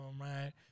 right